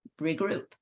regroup